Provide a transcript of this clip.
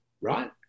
Right